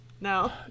No